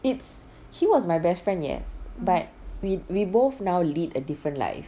it's he was my best friend yes but we we both now lead a different life